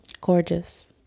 Gorgeous